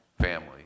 family